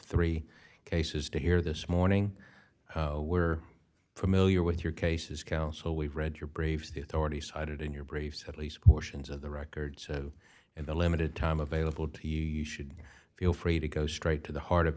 three cases to hear this morning we're familiar with your cases counsel we've read your braves the authority cited in your briefs at least portions of the records in the limited time available to you you should feel free to go straight to the heart of